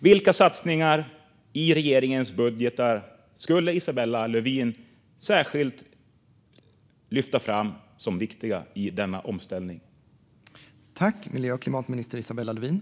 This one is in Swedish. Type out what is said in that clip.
Vilka satsningar i regeringens budgetar skulle Isabella Lövin vilja lyfta fram som viktiga i denna omställning?